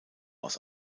aus